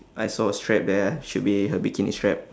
I saw a strap there should be her bikini strap